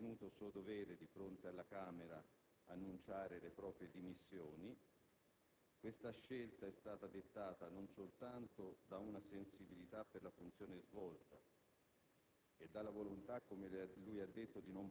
Il ministro Mastella ha ritenuto suo dovere, di fronte alla Camera, annunciare le proprie dimissioni. Questa scelta è stata dettata da una sensibilità per la funzione svolta